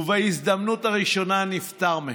בהזדמנות הראשונה הוא נפטר מהם.